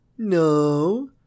no